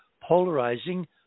polarizing